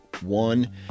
one